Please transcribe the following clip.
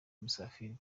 musafiri